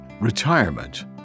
retirement